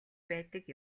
байдаг